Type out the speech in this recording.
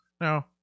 no